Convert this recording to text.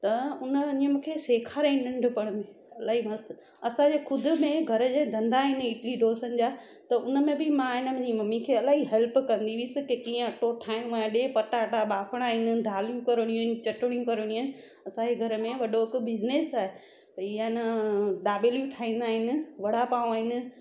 त उन ईंअ मूंखे सेखारियो नंढिपण में इलाही मस्त असांजे ख़ु्दि में घर जे धंधा आहिनि इडली डोसन जा त उनमें बि मां आहे न मुंहिंजी मम्मी खे इलाही हेल्प कंदी हुअसि के कीअं अटो ठाहिणो आहे ॾे पटाटा ॿाफणा आहिनि दालियूं करणियूं आहिनि चटणियूं करणी आहिनि असांजे घर में वॾो हिकु बिज़नेस आहे भई आहे न दाबेलियूं बि ठाहींदा आहिनि वड़ा पाव आहिनि